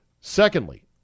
Secondly